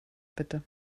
bitte